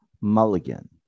Mulligan